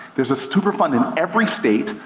there's a superfund in every state,